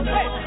Hey